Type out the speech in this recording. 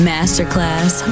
Masterclass